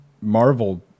Marvel